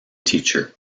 teacher